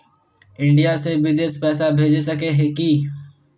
India से बिदेश पैसा भेज सके है की?